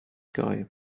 guy